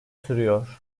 sürüyor